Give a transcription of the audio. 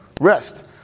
Rest